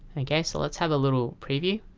ah yeah so let's have a little preview.